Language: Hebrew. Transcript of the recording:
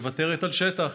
מוותרת על שטח